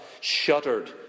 shuddered